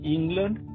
England